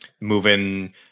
Moving